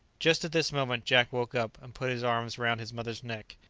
just at this moment jack woke up and put his arms round his mother's neck.